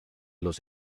los